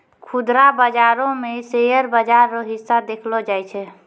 खुदरा बाजारो मे शेयर बाजार रो हिस्सा देखलो जाय छै